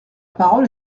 parole